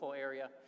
area